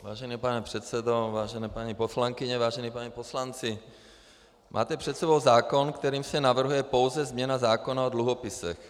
Vážený pane předsedo, vážené paní poslankyně, vážení páni poslanci, máte před sebou zákon, kterým se navrhuje pouze změna zákona o dluhopisech.